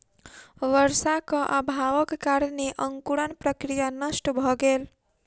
वर्षाक अभावक कारणेँ अंकुरण प्रक्रिया नष्ट भ गेल